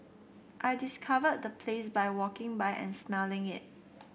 I discovered the place by walking by and smelling it